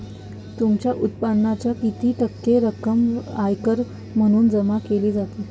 तुमच्या उत्पन्नाच्या किती टक्के रक्कम आयकर म्हणून जमा केली जाते?